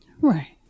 Right